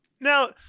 Now